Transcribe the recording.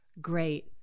great